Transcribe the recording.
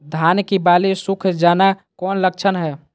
धान की बाली सुख जाना कौन लक्षण हैं?